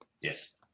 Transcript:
yes